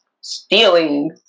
stealing